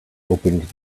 opened